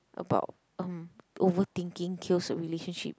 about um overthinking kills a relationship